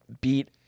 beat